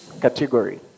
category